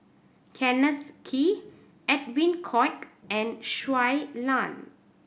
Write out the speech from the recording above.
Kenneth Kee Edwin Koek and Shui Lan